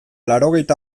laurogeita